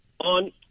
On